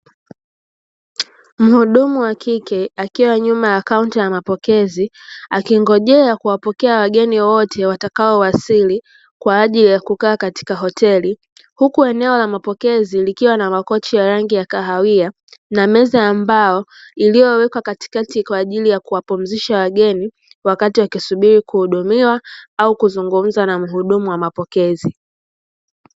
Mhudumu wa kike akiwa nyuma ya kaunti ya mapokezi akingojea kuwapokea wageni wote watakaowasili kwa ajili ya kukaa katika hoteli, huku eneo la mapokezi likiwa na makochi ya rangi ya kahawia, na meza ambayo iliyowekwa katikati kwa ajili ya kuwapumzisha wageni wakati wakisubiri kuhudumiwa, au kuzungumza na mhudumu wa mapokezi.